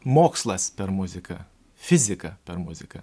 mokslas per muziką fizika per muziką